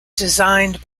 designed